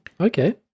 okay